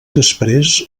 després